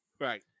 Right